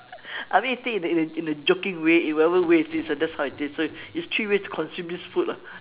I mean you think in a in a joking way in whatever way is this ah that's how it is so it's three ways to consume this food lah